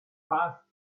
passed